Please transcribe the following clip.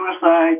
suicide